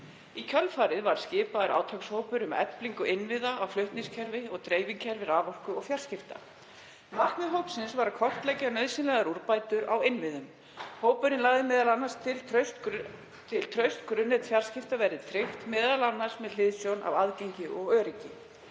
Í kjölfarið var skipaður átakshópur um eflingu innviða á flutningskerfi og dreifikerfi raforku og fjarskipta. Markmið hópsins var að kortleggja nauðsynlegar úrbætur á innviðum. Hópurinn lagði m.a. til að traust grunnnet fjarskipta yrði tryggt, m.a. með hliðsjón af aðgengi og öryggi.